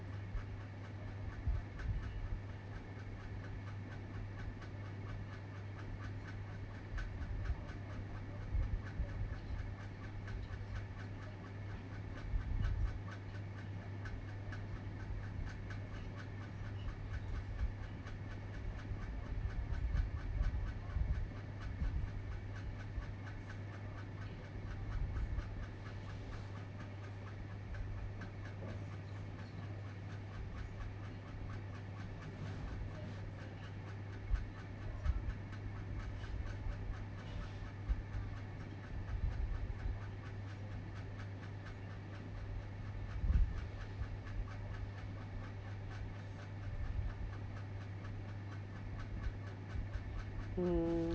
hmm